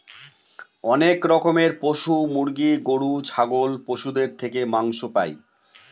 অনেক রকমের পশু মুরগি, গরু, ছাগল পশুদের থেকে মাংস পাই